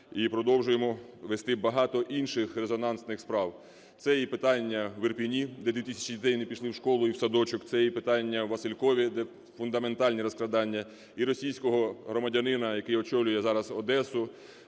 і продовжуємо вести багато інших резонансних справ. Це і питання в Ірпені, де 2 тисячі дітей не пішли в школу і в садочок. Це і питання у Василькові, де фундаментальні розкрадання. І російського громадянина, який очолює зараз Одесу,